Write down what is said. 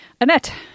Annette